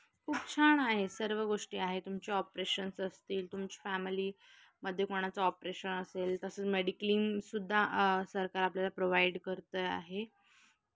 खूप छान आहे सर्व गोष्टी आहे तुमचे ऑपरेशन्स असतील तुमची फॅमिली मध्ये कोणाचं ऑपरेशन असेल तसंच मेडिक्लीम सुद्धा सरकार आपल्याला प्रोवाइड करत आहे